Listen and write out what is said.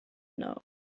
now